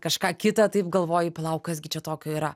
kažką kitą taip galvoji palauk kas gi čia tokio yra